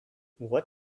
what